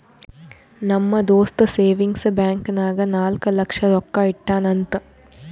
ನಮ್ ದೋಸ್ತ savings bank ನಾಗ್ ನಾಲ್ಕ ಲಕ್ಷ ರೊಕ್ಕಾ ಇಟ್ಟಾನ್ ಅಂತ್